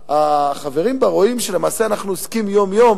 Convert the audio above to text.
החברים בה רואים שלמעשה אנחנו עוסקים יום-יום